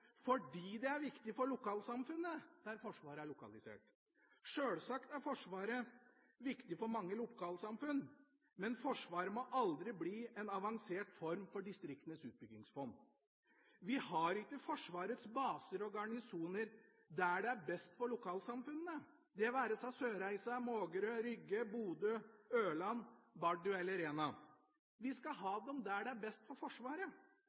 fordi det er viktig for lokalsamfunnet der Forsvaret er lokalisert. Sjølsagt er Forsvaret viktig for mange lokalsamfunn, men Forsvaret må aldri bli en avansert form for Distriktenes utbyggingsfond. Vi har ikke Forsvarets baser og garnisoner der det er best for lokalsamfunnene – det være seg Sørreisa, Mågerø, Rygge, Bodø, Ørland, Bardu eller Rena. Vi skal ha dem der det er best for Forsvaret.